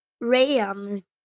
Rams